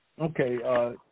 okay